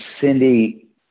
Cindy